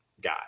guy